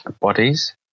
bodies